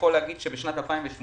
ב-2018